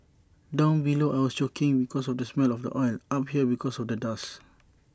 down below I was choking because of the smell of oil up here because of the dust